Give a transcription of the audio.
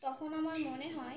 তখন আমার মনে হয়